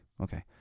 okay